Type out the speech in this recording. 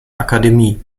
akademie